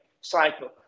cycle